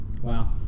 Wow